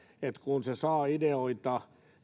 kun se saa ideoita